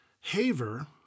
Haver